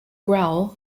growl